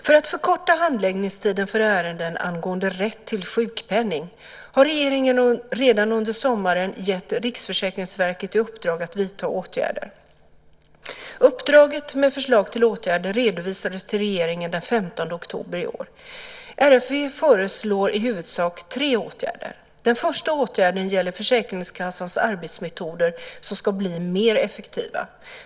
För att förkorta handläggningstiden för ärenden angående rätt till sjukpenning har regeringen redan under sommaren gett Riksförsäkringsverket i uppdrag att vidta åtgärder. Uppdraget, med förslag till åtgärder, redovisades till regeringen den 15 oktober i år. RFV föreslår i huvudsak tre åtgärder. Den första åtgärden gäller Försäkringskassans arbetsmetoder som ska bli mer effektiva.